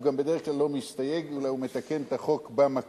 הוא גם בדרך כלל לא מסתייג אלא הוא מתקן את החוק במקור.